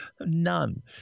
None